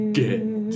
get